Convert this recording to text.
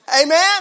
Amen